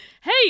Hey